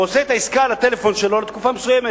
הוא עושה את העסקה על הטלפון שלו לתקופה מסוימת.